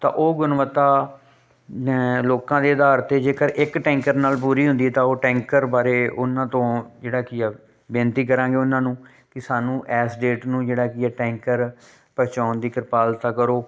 ਤਾਂ ਉਹ ਗੁਣਵੱਤਾ ਲੋਕਾਂ ਦੇ ਅਧਾਰ 'ਤੇ ਜੇਕਰ ਇੱਕ ਟੈਂਕਰ ਨਾਲ ਪੂਰੀ ਹੁੰਦੀ ਹੈ ਤਾਂ ਉਹ ਟੈਂਕਰ ਬਾਰੇ ਉਨ੍ਹਾਂ ਤੋਂ ਜਿਹੜਾ ਕੀ ਹੈ ਬੇਨਤੀ ਕਰਾਂਗੇ ਉਨ੍ਹਾਂ ਨੂੰ ਕਿ ਸਾਨੂੰ ਇਸ ਡੇਟ ਨੂੰ ਜਿਹੜਾ ਕੀ ਹੈ ਟੈਂਕਰ ਪਹੁੰਚਾਉਣ ਦੀ ਕ੍ਰਿਪਾਲਤਾ ਕਰੋ